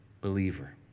believer